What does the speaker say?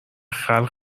خلق